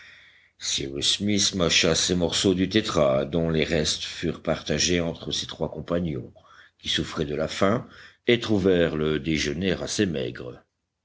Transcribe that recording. mâcha ces morceaux du tétras dont les restes furent partagés entre ses trois compagnons qui souffraient de la faim et trouvèrent le déjeuner assez maigre